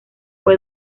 fue